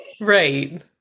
Right